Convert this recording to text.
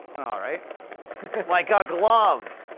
alright like a glove!